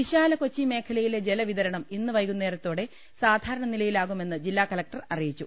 വിശാലകൊച്ചി മേഖലയിലെ ജലവിതരണം ഇന്ന് വൈകുന്നേര ത്തോടെ സാധാരണ നിലയിലാകുമെന്ന് ജില്ലാ കലക്ടർ അറിയിച്ചു